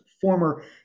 former